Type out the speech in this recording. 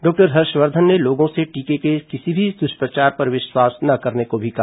doctor Harshvardhan ने लोगों से टीके के किसी भी दुष्प्रचार पर विश्वास न करने को भी कहा